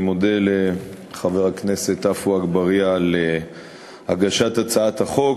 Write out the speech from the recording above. אני מודה לחבר הכנסת עפו אגבאריה על הגשת הצעת החוק.